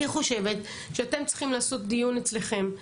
אני חושבת שאתם צריכים לעשות דיון אצלכם,